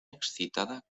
excitada